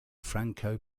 franco